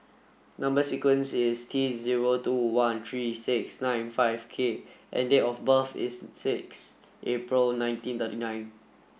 number sequence is T zero two one three six nine five K and date of birth is six April nineteen thirty nine